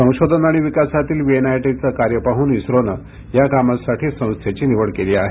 संशोधन आणि विकासातील वीएनआयटीचं कार्य पाहून इस्रोनं या कामासाठी संस्थेची निवड केली आहे